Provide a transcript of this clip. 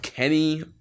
Kenny